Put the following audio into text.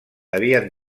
havien